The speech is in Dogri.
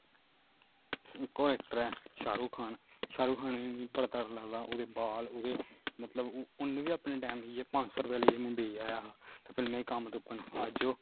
इक होर ऐक्टर ऐ शहरुख खान शहरुख खान बी मिगी बड़ा तगड़ा लगदा ओह्दे बाल ओह्दे मतलब उ'न्न बी अपने टैम इ'यै पंज सौ रपेआ लेइयै मुंबई आया हा ते फिल्में च कम्म तुप्पन अज्ज ओह्